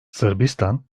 sırbistan